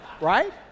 Right